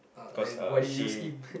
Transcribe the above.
cause uh she